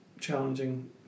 challenging